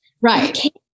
right